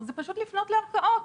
זה פשוט לפנות לערכאות.